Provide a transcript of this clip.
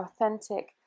authentic